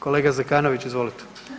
Kolega Zekanović izvolite.